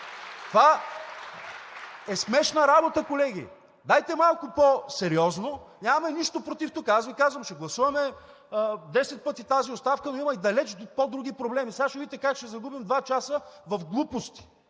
Това е смешна работа, колеги. Дайте малко по-сериозно. Нямаме нищо против тук. Аз Ви казвам: ще гласуваме десет пъти тази оставка, но има далеч по други проблеми. Сега ще видите как ще загубим два часа в глупости.